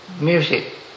music